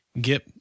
Get